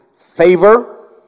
favor